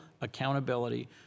accountability